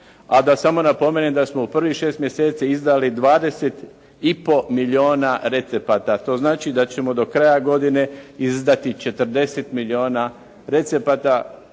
a da samo napomenem da smo u prvih šest mjeseci izdali 20 i pol milijuna recepata. To znači da ćemo do kraja godine izdati 40 milijuna recepata.